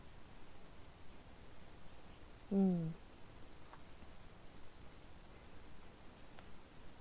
mm